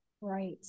Right